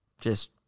just-